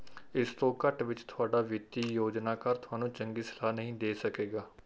ਇਸ ਤੋਂ ਘੱਟ ਵਿੱਚ ਤੁਹਾਡਾ ਵਿੱਤੀ ਯੋਜਨਾਕਾਰ ਤੁਹਾਨੂੰ ਚੰਗੀ ਸਲਾਹ ਨਹੀਂ ਦੇ ਸਕੇਗਾ